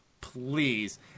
Please